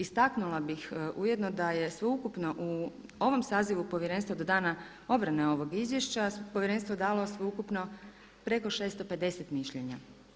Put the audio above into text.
Istaknula bih da ujedno da je sveukupno u ovom sazivu Povjerenstva do dana obrane ovog izvješća Povjerenstvo dalo sveukupno preko 650 mišljenja.